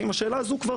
ראשית כול,